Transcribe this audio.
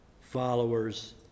followers